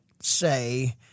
say